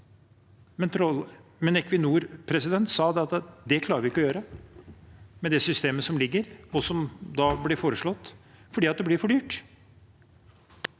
men Equinor sa at det klarer de ikke å gjøre med det systemet som ligger, og som ble foreslått, fordi det blir for dyrt.